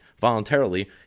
voluntarily